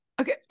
Okay